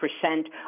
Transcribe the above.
percent